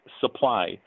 supply